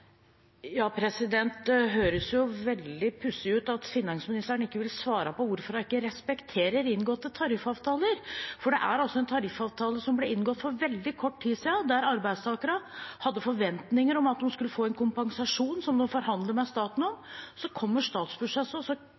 Det høres veldig pussig ut at finansministeren ikke vil svare på hvorfor hun ikke respekterer inngåtte tariffavtaler. For det er altså en tariffavtale som ble inngått for veldig kort tid siden, der arbeidstakerne hadde forventninger om at de skulle få en kompensasjon som de forhandlet med staten om. Så kommer statsbudsjettet, og så